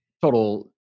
total